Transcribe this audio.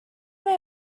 may